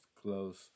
close